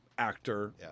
Actor